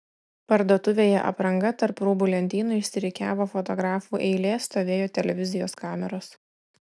parduotuvėje apranga tarp rūbų lentynų išsirikiavo fotografų eilė stovėjo televizijos kameros